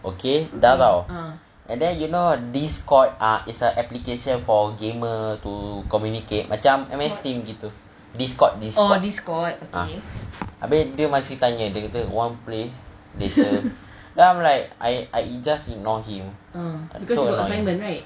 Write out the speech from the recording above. okay dah [tau] and then you know discord is an application for gamer to communicate macam M_S team gitu discord discord ah habis dia masih tanya want play later then I'm like I I just ignore him so annoying